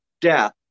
death